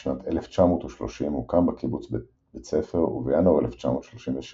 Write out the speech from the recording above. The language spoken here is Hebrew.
בשנת 1930 הוקם בקיבוץ בית ספר ובינואר 1936